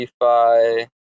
DeFi